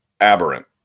aberrant